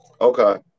Okay